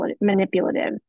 manipulative